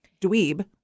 Dweeb